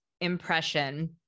impression